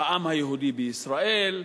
העם היהודי בישראל,